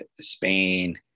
Spain